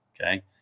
Okay